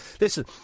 listen